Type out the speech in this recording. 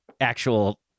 actual